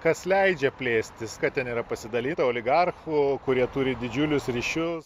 kas leidžia plėstis kad ten yra pasidalyta oligarchų kurie turi didžiulius ryšius